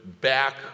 back